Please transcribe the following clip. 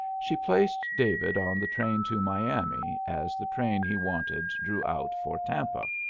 she placed david on the train to miami as the train he wanted drew out for tampa,